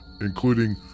including